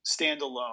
standalone